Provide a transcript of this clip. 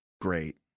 Great